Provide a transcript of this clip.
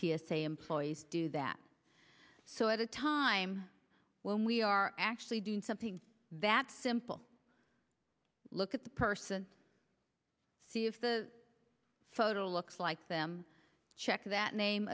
a employees do that so at a time when we are actually doing something that's simple look at the person see if the photo looks like them check that name